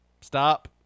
Stop